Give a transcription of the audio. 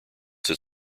that